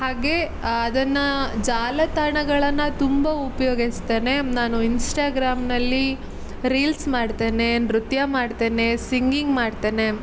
ಹಾಗೆ ಅದನ್ನು ಜಾಲತಾಣಗಳನ್ನು ತುಂಬ ಉಪಯೋಗಿಸ್ತೇನೆ ನಾನು ಇನ್ಸ್ಟಾಗ್ರಾಮಿನಲ್ಲಿ ರೀಲ್ಸ್ ಮಾಡ್ತೇನೆ ನೃತ್ಯ ಮಾಡ್ತೇನೆ ಸಿಂಗಿಂಗ್ ಮಾಡ್ತೇನೆ